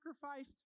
sacrificed